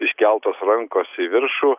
iškeltos rankos į viršų